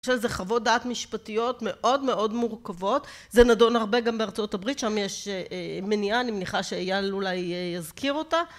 יש על זה חוות דעת משפטיות מאוד מאוד מורכבות, זה נדון הרבה גם בארצות הברית שם יש מניעה אני מניחה שאייל אולי יזכיר אותה